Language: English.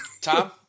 Tom